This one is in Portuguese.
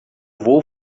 vou